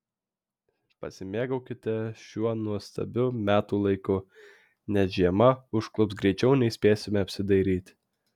pasimėgaukite šiuo nuostabiu metų laiku nes žiema užklups greičiau nei spėsime apsidairyti